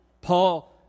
Paul